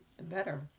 better